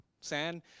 sand